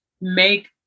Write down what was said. make